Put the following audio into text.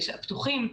הפתוחים,